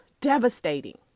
devastating